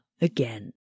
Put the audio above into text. again